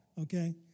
Okay